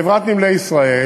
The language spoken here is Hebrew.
חברת "נמלי ישראל"